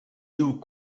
nous